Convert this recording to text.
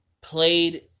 played